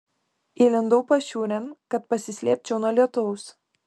įlindau pašiūrėn kad pasislėpčiau nuo lietaus